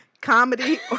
comedy